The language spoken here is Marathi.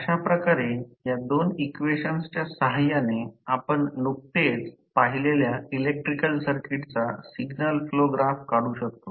अशा प्रकारे या दोन इक्वेशनच्या सहाय्याने आपण नुकतेच पाहिलेल्या इलेक्ट्रिकल सर्किटचा सिग्नल फ्लो ग्राफ काढू शकतो